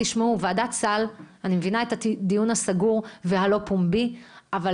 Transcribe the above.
אני מבינה את הדיון הסגור והלא פומבי בוועדת סל,